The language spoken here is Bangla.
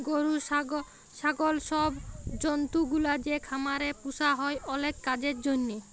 গরু, ছাগল ছব জল্তুগুলা যে খামারে পুসা হ্যয় অলেক কাজের জ্যনহে